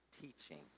teaching